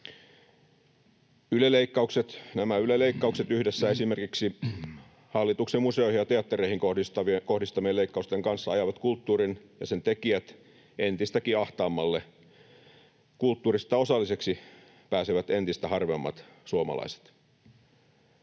Nämä Yle-leikkaukset yhdessä esimerkiksi hallituksen museoihin ja teattereihin kohdistamien leikkausten kanssa ajavat kulttuurin ja sen tekijät entistäkin ahtaammalle. Kulttuurista osalliseksi pääsevät entistä harvemmat suomalaiset.